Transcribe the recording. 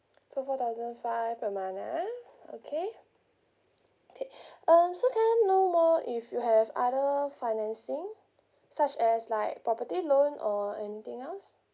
so four thousand five per month ah okay okay um so can I know more if you have other financing such as like property loan or anything else